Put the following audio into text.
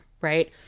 right